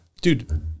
dude